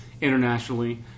internationally